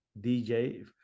DJ